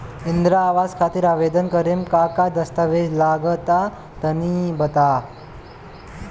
इंद्रा आवास खातिर आवेदन करेम का का दास्तावेज लगा तऽ तनि बता?